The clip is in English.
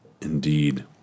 indeed